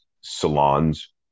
salons